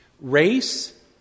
Race